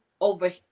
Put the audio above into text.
over